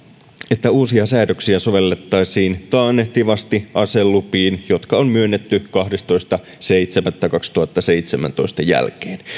että uusia säädöksiä sovellettaisiin taannehtivasti aselupiin jotka on myönnetty kahdestoista seitsemättä kaksituhattaseitsemäntoista jälkeen